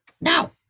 now